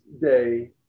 day